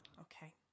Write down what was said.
Okay